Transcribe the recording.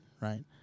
right